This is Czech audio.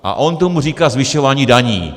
A on tomu říká zvyšování daní.